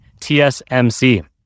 TSMC